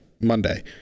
Monday